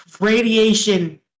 radiation